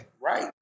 right